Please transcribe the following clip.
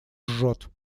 жжет